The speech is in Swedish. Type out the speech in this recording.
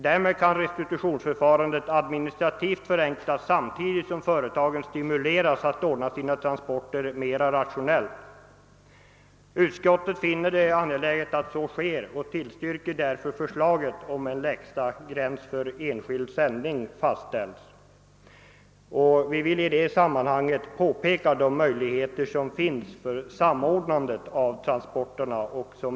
Därmed kan restitutionsförfarandet administrativt förenklas samtidigt som företagen stimuleras ordna sina transporter mer rationellt. Utskottet anser det vara angeläget att så sker och tillstyrker förslaget att en lägsta gräns för enskild sändning fastställes. Denna bör i enlighet med departementschefens förslag sättas vid 500 kilo.